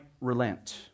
relent